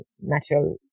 natural